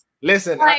Listen